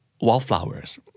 wallflowers